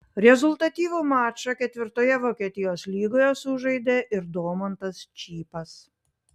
rezultatyvų mačą ketvirtoje vokietijos lygoje sužaidė ir domantas čypas